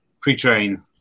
Pre-train